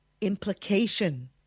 Implication